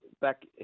back